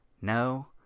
No